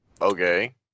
Okay